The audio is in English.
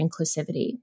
inclusivity